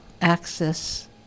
access